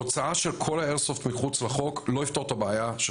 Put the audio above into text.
הוצאה של כל האיירסופט לא יפתור את הבעיה של